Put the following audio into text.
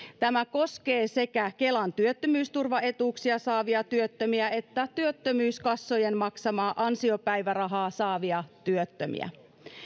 tämä koskee sekä kelan työttömyysturvaetuuksia saavia työttömiä että työttömyyskassojen maksamaa ansiopäivärahaa saavia työttömiä